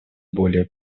более